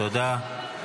תודה.